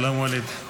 --- שלום, ווליד.